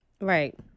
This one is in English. Right